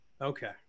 Okay